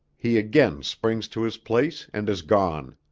he again springs to his place and is gone.